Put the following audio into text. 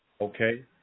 Okay